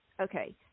Okay